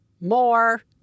more